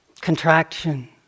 contraction